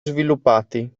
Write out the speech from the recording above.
sviluppati